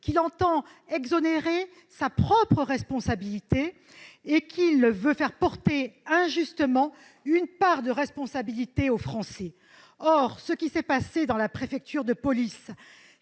qu'il entend exonérer sa propre responsabilité et qu'il veut faire porter injustement une part de responsabilité aux Français ? N'importe quoi ! Or ce qui s'est passé à la préfecture de police